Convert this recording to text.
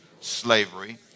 slavery